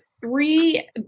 three